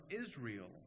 Israel